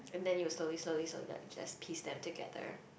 and then you slowly slowly slowly like just piece them together